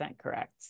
correct